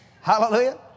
Hallelujah